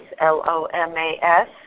L-O-M-A-S